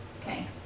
Okay